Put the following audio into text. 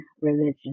religion